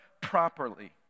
properly